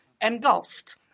engulfed